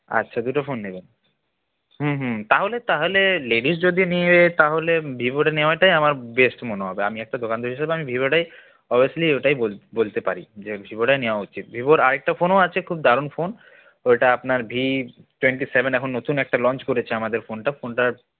আচ্ছা দুটো ফোন নেবেন হুম হুম তাহলে তাহলে লেডিস যদি নেয় তাহলে ভিভোটা নেওয়াটাই আমার বেস্ট মনে হবে আমি একটা দোকানদার হিসেবে আমি ভিভোটাই অবভিয়াসলি ওটাই বলতে পারি যে ভিভোটাই নেওয়া উচিত ভিভোর আরেকটা ফোনও আছে খুব দারুণ ফোন ওটা আপনার ভি টোয়েন্টি সেভেন এখন নতুন একটা লঞ্চ করেছে আমাদের ফোনটা ফোনটার